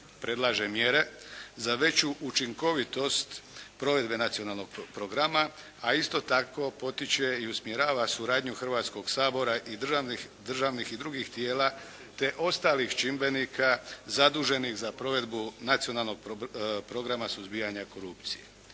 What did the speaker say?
Predlaže mjere za veću učinkovitost provedbe Nacionalnog programa a isto tako potiče i usmjerava suradnju Hrvatskoga sabora, državnih i drugih tijela te ostalih čimbenika zaduženih za provedbu Nacionalnog programa suzbijanja korupcije.